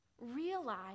realize